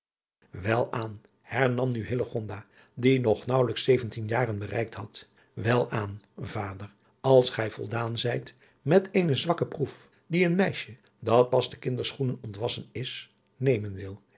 welaan hernam nu hillegonda die nog naauwelijks zeventien jaren bereikt had welaan vader als gij voldaan zijt met eene zwakke proef die een meisje dat pas de kinderschoenen ontwassen is nemen wil